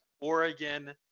Oregon